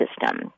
system